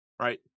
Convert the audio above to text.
right